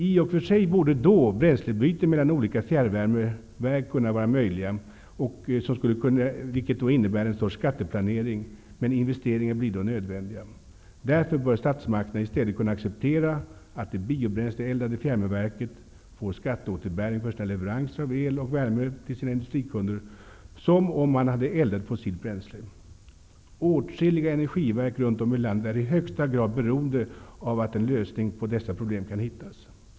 I och för sig borde då bränslebyten mellan olika fjärrvärmeverk vara möjliga, innebärande en sorts skatteplanering, men investeringar blir då nödvändiga. Därför bör statsmakterna i stället kunna acceptera att det biobränsleeldade fjärrvärmeverket får skatteåterbäring för sina leveranser av el och värme till sina industrikunder, som om man hade eldat fossilt bränsle. Åtskilliga energiverk runt om i landet är i högsta grad beroende av att en lösning på dessa problem kan hittas.